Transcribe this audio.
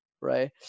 right